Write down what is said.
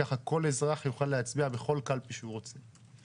כך כל אזרח יוכל להצביע בכל קלפי שהוא רוצה.